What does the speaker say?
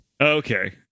Okay